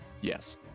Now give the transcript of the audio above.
Yes